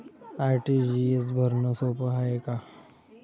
RTGS भरनं सोप हाय का?